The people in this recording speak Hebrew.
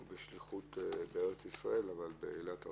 הוא בשליחות בארץ-ישראל, אבל באילת הרחוקה,